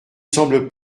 semble